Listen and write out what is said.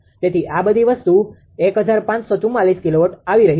તેથી આ બધી વસ્તુ 1544 કિલોવોટ આવી રહી છે